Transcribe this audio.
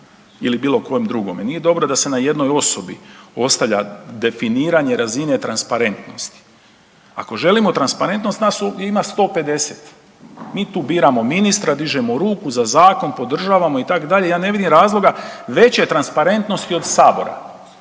ili bilokojem drugome, nije dobro da se na jednoj osobi ostavlja definiranje razine transparentnosti. Ako želimo transparentnost, nas ovdje ima 150, mi tu biramo ministra, dižemo ruku za zakon, podržavamo itd., ja ne vidim razloga veće transparentnosti od Sabora.